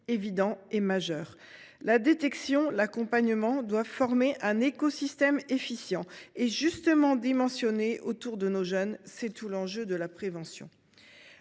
publique majeur. La détection et l’accompagnement doivent former un écosystème efficient et justement dimensionné autour de nos jeunes. C’est tout l’enjeu de la prévention.